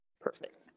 Perfect